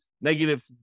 negative